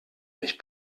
mich